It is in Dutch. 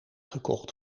gekocht